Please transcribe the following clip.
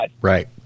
Right